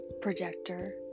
projector